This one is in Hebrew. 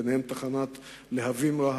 ביניהן תחנת להבים-רהט,